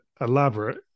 elaborate